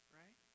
right